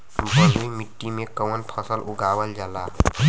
बलुई मिट्टी में कवन फसल उगावल जाला?